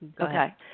Okay